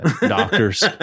doctors